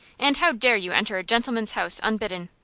and how dare you enter a gentleman's house unbidden?